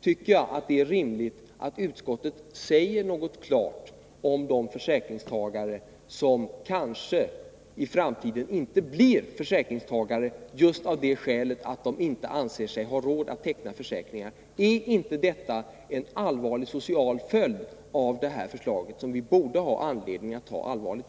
jag tycker att det är rimligt att utskottet säger något klart om de försäkringstagare som kanske i framtiden inte blir försäkringstagare av det skälet att de inte anser sig ha råd att teckna försäkringar. Är inte detta en social följd av det här förslaget som vi borde ha anledning att ta allvarligt på?